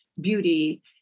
beauty